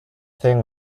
thing